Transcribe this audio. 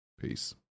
Peace